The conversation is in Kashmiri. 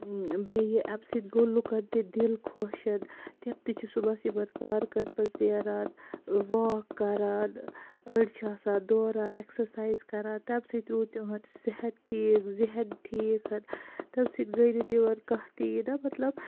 بیٚیہِ اَمہِ سٍتۍ گوٚو لوٗکَن تہِ دِل خۄش تِم تہِ چھِ صُبَحس یِمَن پارکَن منٛز نیران واک کَران أڈۍ چھِ آسان دوران اِیٚکزرسایِز کَران تَمہِ سٍتۍ روٗد تِہُنٛد صِحت ٹھیٖک ذہن ٹھیٖک تَمہِ سٍتۍ گٔیہِ نہٕ تِمَن کانٛہہ تہِ یِناہ مَطلَب